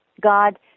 God